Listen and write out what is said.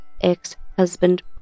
ex-husband